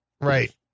right